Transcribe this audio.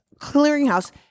clearinghouse